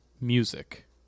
music